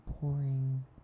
pouring